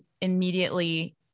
immediately